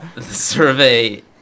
survey